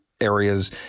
areas